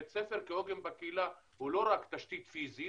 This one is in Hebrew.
בית ספר כעוגן בקהילה הוא לא רק תשתית פיזית,